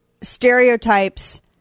stereotypes